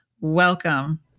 welcome